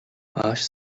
ааш